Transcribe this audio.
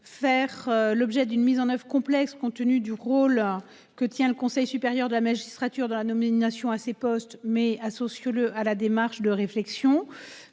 Faire l'objet d'une mise en oeuvre complexe compte tenu du rôle que tient le Conseil supérieur de la magistrature de la nomination à ce poste mais ah sociaux le à la démarche de réflexion.